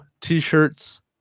T-shirts